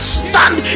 stand